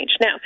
Now